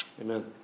Amen